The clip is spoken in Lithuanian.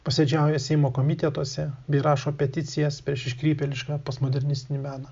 posėdžiauja seimo komitetuose bei rašo peticijas prieš iškrypėlišką postmodernistinį meną